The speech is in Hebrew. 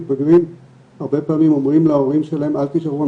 מתבגרים הרבה פעמים אומרים להורים שלהם שלא יישארו,